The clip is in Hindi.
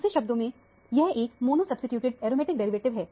दूसरे शब्दों में यह एक मोनो सब्सीट्यूटेड एरोमेटिक डेरिवेटिव है